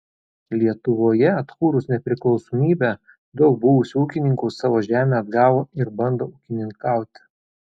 lietuvoje atkūrus nepriklausomybę daug buvusių ūkininkų savo žemę atgavo ir bando ūkininkauti